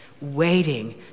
waiting